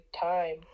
time